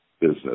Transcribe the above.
business